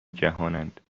جهانند